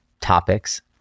topics